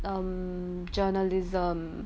um journalism